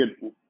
good